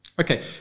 Okay